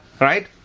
right